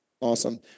Awesome